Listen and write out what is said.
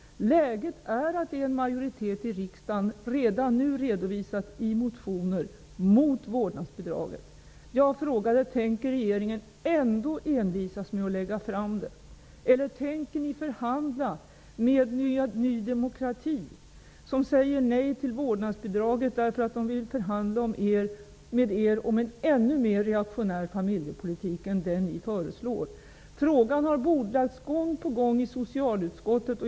Läget är att en majoritet i riksdagen redan nu har redovisat i motioner att man är emot vårdnadsbidraget. Jag frågade om regeringen ändå tänker envisas med att lägga fram förslaget. Eller tänker ni förhandla med Ny demokrati? Ny demokrati säger nej till vårdnadsbidraget, därför att de vill förhandla med er om en ännu mer reaktionär familjepolitik än den ni föreslår. Frågan har bordlagts gång på gång i socialutskottet.